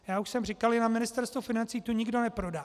Já už jsem říkal i na Ministerstvu financí, tu nikdo neprodá.